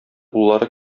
уллары